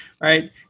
right